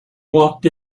walked